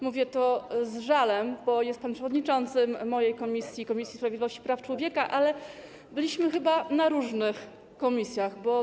Mówię to z żalem, bo jest pan przewodniczącym mojej komisji, Komisji Sprawiedliwości i Praw Człowieka, ale byliśmy chyba na różnych posiedzeniach komisji.